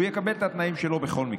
הוא יקבל את התנאים שלו בכל מקרה.